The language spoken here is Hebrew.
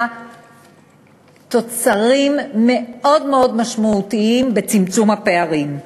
תוצרים מאוד מאוד משמעותיים בצמצום הפערים.